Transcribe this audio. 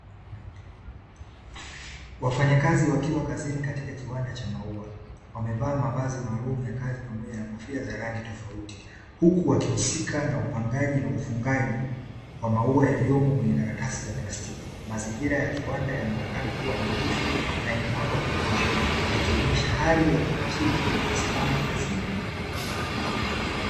Wafanyakazi wakiwa kazini katika kiwanda cha maua wamevaa mavazi maalum ya kazi pamoja na kofia za rangi tofauti huku wakihusika na upangaji na ufungaji wa maua yaliyomo kwenye karatasi za plastiki. Mazingira ya kiwanda yanaonekana kuwa nadhifu na yenye mwanga wa kutosha, yakionyesha hali ya utaratibu na salama kazini.